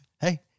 hey